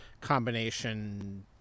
combination